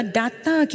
data